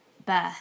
Birth